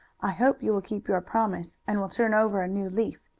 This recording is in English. i hope you will keep your promise and will turn over a new leaf.